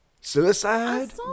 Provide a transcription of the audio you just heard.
suicide